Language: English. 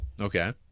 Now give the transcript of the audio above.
Okay